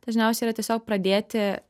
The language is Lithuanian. dažniausiai yra tiesiog pradėti